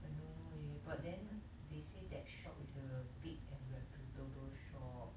I don't know leh but then they say that shop is a big and reputable shop